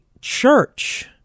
church